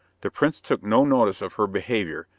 the prince took no notice of her behaviour,